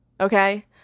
Okay